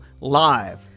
Live